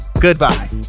Goodbye